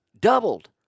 doubled